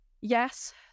yes